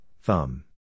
thumb